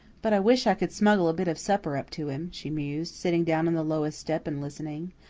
but i wish i could smuggle a bit of supper up to him, she mused, sitting down on the lowest step and listening.